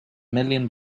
million